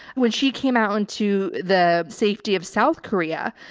when she came out into the safety of south korea,